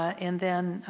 and then,